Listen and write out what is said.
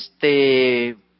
este